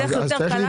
הדרך יותר קלה.